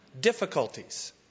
difficulties